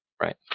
right